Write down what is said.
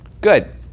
Good